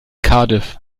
cardiff